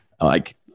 like-